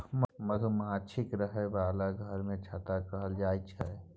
मधुमाछीक रहय बला घर केँ छत्ता कहल जाई छै